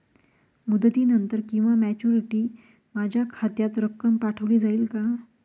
मुदतीनंतर किंवा मॅच्युरिटी माझ्या खात्यात रक्कम पाठवली जाईल का?